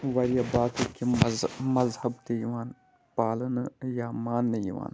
واریاہ باقٕے تِم مذہب تہِ یِوان پالنہٕ یا ماننہٕ یِوان